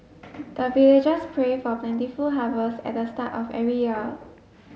the villagers pray for plentiful harvest at the start of every year